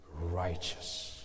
righteous